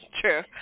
true